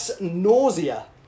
nausea